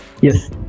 Yes